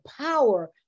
power